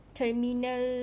terminal